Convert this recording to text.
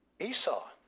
Esau